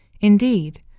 Indeed